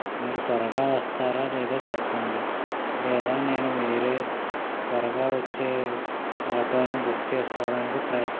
మీరు త్వరగా వస్తారో లేదో చెప్పండి లేదా నేను వేరే త్వరగా వచ్చే ఆటోను బుక్ చేసుకోవడానికి ప్రయత్నిస్తాను